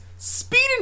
speeding